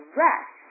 rest